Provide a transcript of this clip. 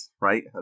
right